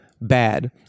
Bad